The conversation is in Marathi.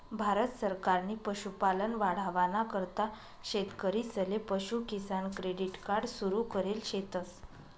भारत सरकारनी पशुपालन वाढावाना करता शेतकरीसले पशु किसान क्रेडिट कार्ड सुरु करेल शेतस